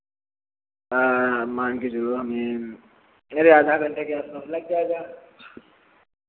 मान के चलो हमें अरे आधा घंटा के आस पास लग जाएगा